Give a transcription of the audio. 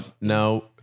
No